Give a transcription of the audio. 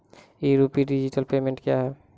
ई RUPI digital payment क्या हैं?